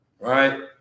right